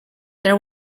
there